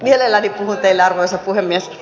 mielelläni puhun teille arvoisa puhemies